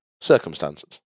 circumstances